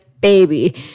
baby